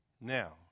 Now